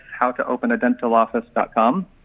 howtoopenadentaloffice.com